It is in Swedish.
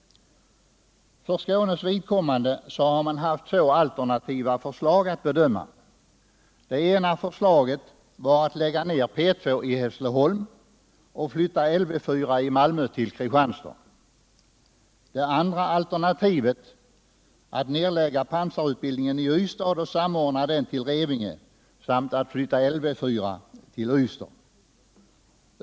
För Skånes vidkommande har man haft två alternativa förslag att bedöma. Det ena förslaget var att lägga ned P 2i Hässleholm och flytta Lv 4 i Malmö till Kristianstad, det andra att förflytta pansarutbildningen i Ystad till Revingehed samt att flytta Lv 4 till Ystad.